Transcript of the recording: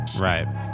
Right